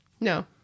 No